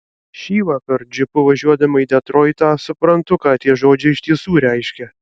šįvakar džipu važiuodama į detroitą suprantu ką tie žodžiai iš tiesų reiškia